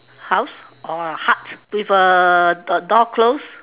house or hut with a a door close